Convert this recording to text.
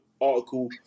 article